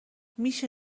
میشه